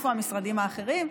איפה המשרדים האחרים?